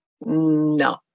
No